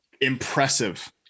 impressive